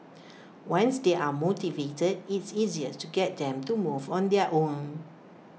once they are motivated it's easier to get them to move on their own